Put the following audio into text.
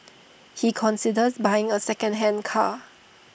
he considers buying A secondhand car